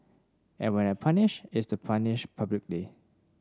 and when I punish it's to punish publicly